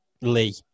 Lee